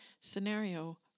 scenario